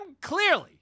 clearly